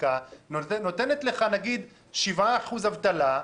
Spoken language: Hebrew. לסטטיסטיקה נותנת לך נתון של שבעה אחוז אבטלה,